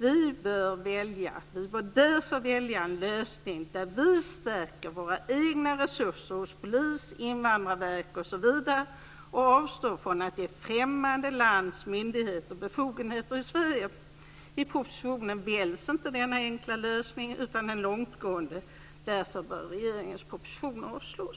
Vi bör därför välja en lösning där vi stärker våra egna resurser hos polis, invandrarverk osv. och avstår från att ge främmande lands myndigheter befogenheter i Sverige. I propositionen väljs inte denna enkla lösning utan en långtgående. Därför bör regeringens proposition avslås.